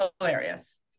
Hilarious